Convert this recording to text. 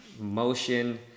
Motion